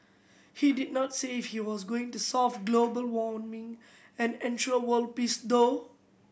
he did not say if he was going to solve global warming and ensure world peace though